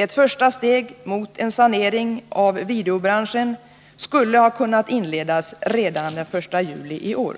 Ett första steg mot en sanering av videobranschen skulle ha kunnat tas redan den 1 juli i år.